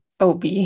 OB